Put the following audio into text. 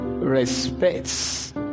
respects